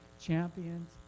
Champions